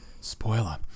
Spoiler